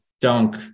dunk